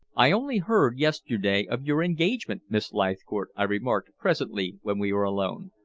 i only heard yesterday of your engagement, miss leithcourt, i remarked presently when we were alone.